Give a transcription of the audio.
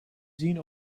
zien